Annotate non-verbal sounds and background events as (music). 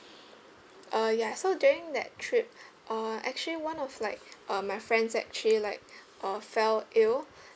uh ya so during that trip (breath) uh actually one of like uh my friends actually like (breath) uh fell ill (breath)